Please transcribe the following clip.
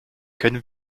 können